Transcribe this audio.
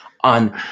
on